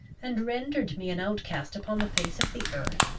and rendered me an outcast upon the face of the earth?